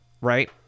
right